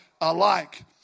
alike